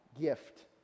gift